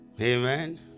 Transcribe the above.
amen